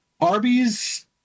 Arby's